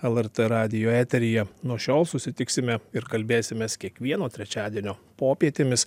lrt radijo eteryje nuo šiol susitiksime ir kalbėsimės kiekvieno trečiadienio popietėmis